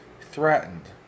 threatened